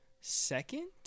second